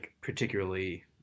particularly